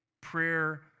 prayer